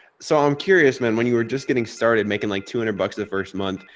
so i'm curious man, when you were just getting started making like two hundred bucks the first month.